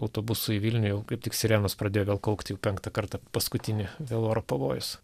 autobusu į vilnių jau kaip tik sirenos pradėjo vėl kaukt jau penktą kartą paskutinį dėl oro pavojus